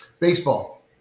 baseball